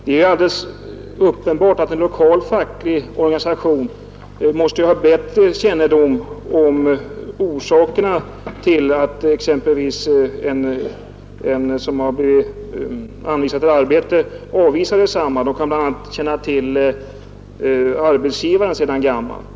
Det är alldeles uppenbart att en lokal facklig organisation måste ha bättre kännedom om orsakerna till att en som har blivit anvisad arbete avvisar detsamma. Organisationen kan bl.a. känna till arbetsgivaren sedan gammalt.